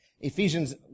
Ephesians